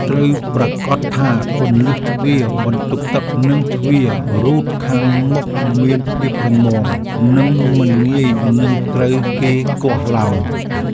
ត្រូវប្រាកដថាគន្លឹះទ្វារបន្ទប់ទឹក និងទ្វាររ៉ូតខាងមុខមានភាពរឹងមាំ និងមិនងាយនឹងត្រូវគេគាស់ឡើយ។